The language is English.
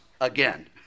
again